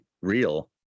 real